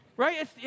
Right